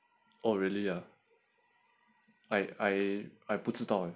oh really 我我不知道